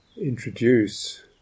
introduce